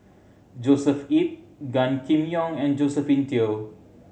Joshua Ip Gan Kim Yong and Josephine Teo